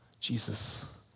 Jesus